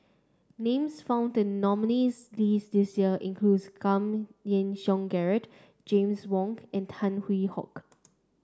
names found in nominees' list this year include Giam Yean Song Gerald James Wong and Tan Hwee Hock